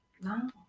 no